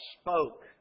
spoke